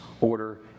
order